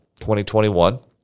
2021